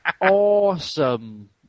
Awesome